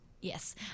Yes